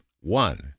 one